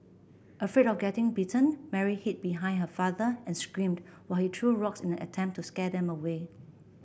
afraid of getting bitten Mary hid behind her father and screamed while he threw rocks in an attempt to scare them away